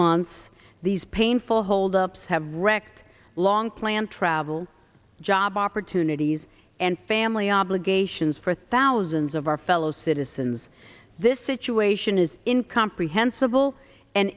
months these painful hold ups have wrecked long planned travel job opportunities and family obligations for thousands of our fellow citizens this situation is in comprehensible and